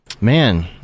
man